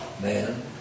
Man